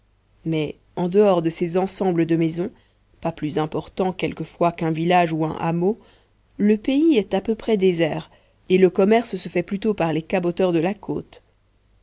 mais en dehors de ces ensembles de maisons pas plus importants quelquefois qu'un village ou un hameau le pays est à peu près désert et le commerce se fait plutôt par les caboteurs de la côte